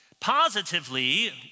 Positively